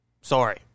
sorry